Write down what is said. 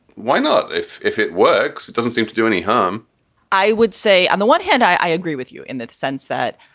why not? if if it works, it doesn't seem to do any harm i would say on the one hand, i agree with you in the sense that,